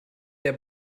der